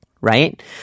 right